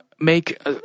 make